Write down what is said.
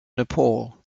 nepal